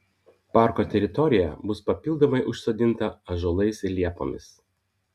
parko teritorija bus papildomai užsodinta ąžuolais ir liepomis